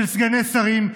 של סגני שרים,